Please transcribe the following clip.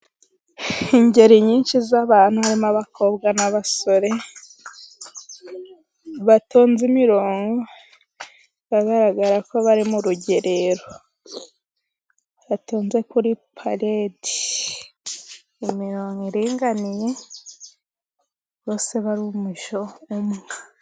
Ingeri nyinshi z' abantu harimo: abakobwa n' abasore batonze imironko, biragaragara ko bari mu rugerero batonze kuri paledi imironko iringaniye bose bari umujyo umwe.